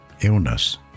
illness